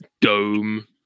dome